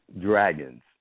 dragons